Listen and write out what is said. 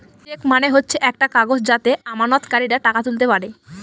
check মানে হচ্ছে একটা কাগজ যাতে আমানতকারীরা টাকা তুলতে পারে